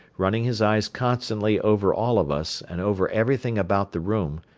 running his eyes constantly over all of us and over everything about the room,